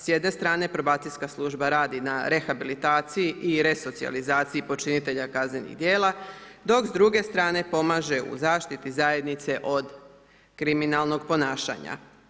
S jedne strane probacijska služba radi na rehabilitaciji i resocijalizaciji počinitelja kaznenih djela, dok s druge strane pomaže u zaštiti zajednice od kriminalnog ponašanja.